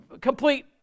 complete